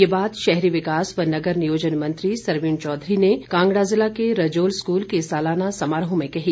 ये बात शहरी विकास व नगर नियोजन मंत्री सरवीण चौधरी ने कांगड़ा ज़िला के रजोल स्कूल के सालाना समारोह में कही